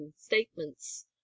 statements